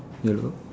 hello